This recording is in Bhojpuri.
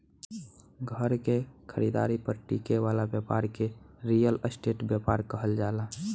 घर के खरीदारी पर टिके वाला ब्यपार के रियल स्टेट ब्यपार कहल जाला